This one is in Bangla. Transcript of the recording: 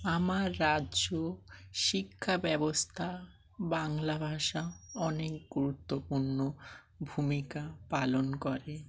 আমার রাজ্য শিক্ষা ব্যবস্থা বাংলা ভাষা অনেক গুরুত্বপূর্ণ ভূমিকা পালন করে